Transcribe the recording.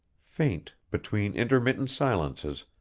faint, between intermittent silences,